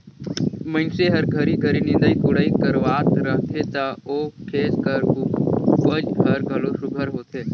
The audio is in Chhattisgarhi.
मइनसे हर घरी घरी निंदई कोड़ई करवात रहथे ता ओ खेत कर उपज हर घलो सुग्घर होथे